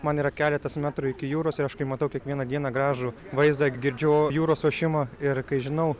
man yra keletas metrų iki jūros ir aš kai matau kiekvieną dieną gražų vaizdą girdžiu jūros ošimą ir kai žinau